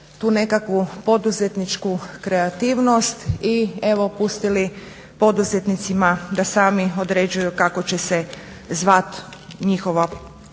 tu nekakvu poduzetničku kreativnost i evo pustili poduzetnicima da sami određuju kako će se zvat njihova firma,